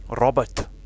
Robert